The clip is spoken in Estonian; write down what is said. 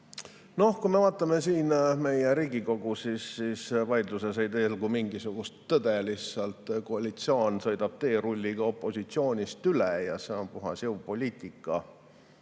Noh, kui me vaatame meie Riigikogu, siis vaidluses ei selgu mingisugust tõde, lihtsalt koalitsioon sõidab teerulliga opositsioonist üle ja see on puhas jõupoliitika. Jah,